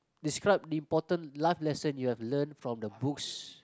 describe the important life lesson you have learned from the books